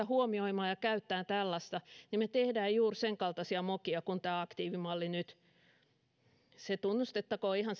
huomioimaan ja käyttämään tällaista tietoa me teemme juuri senkaltaisia mokia kuin tämä aktiivimalli nyt se tunnustettakoon ihan